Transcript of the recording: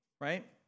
right